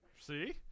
See